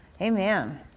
Amen